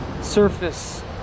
surface